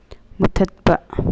ꯃꯨꯊꯠꯄ